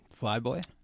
Flyboy